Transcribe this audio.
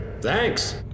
Thanks